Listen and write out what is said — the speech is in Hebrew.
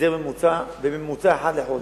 פיזר בממוצע, בממוצע, אחד לחודש.